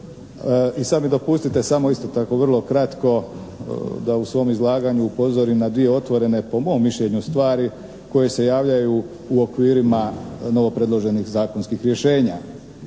i sada mi dopustite samo isto tako vrlo kratko da u svom izlaganju upozorim na dvije otvorene po mom mišljenju stvari koje se javljaju u okvirima novopredloženih zakonskih rješenja.